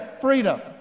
freedom